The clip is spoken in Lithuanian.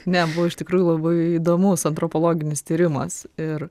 ne buvo iš tikrųjų labai įdomus antropologinis tyrimas ir